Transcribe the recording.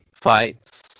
fights